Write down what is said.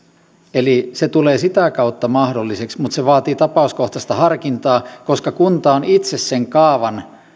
eli se tulee sitä kautta mahdolliseksi mutta se vaatii tapauskohtaista harkintaa koska kunta on itse sen kaavan